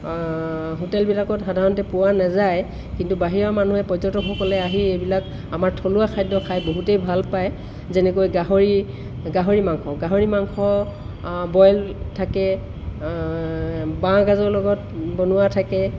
হোটেলবিলাকত সাধাৰণতে পোৱা নাযায় কিন্তু বাহিৰৰ মানুহে পৰ্যটকসকলে আহি এইবিলাক আমাৰ থলুৱা খাদ্য খাই বহুতেই ভাল পায় যেনেকৈ গাহৰি গাহৰি মাংস গাহৰি মাংস বইল থাকে বাঁহগাজৰ লগত বনোৱা থাকে